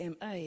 MA